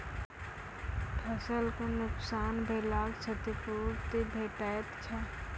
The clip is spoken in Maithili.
फसलक नुकसान भेलाक क्षतिपूर्ति भेटैत छै?